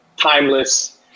timeless